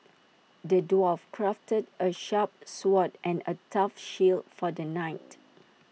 the dwarf crafted A sharp sword and A tough shield for the knight